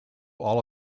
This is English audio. all